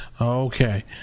Okay